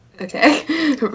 Okay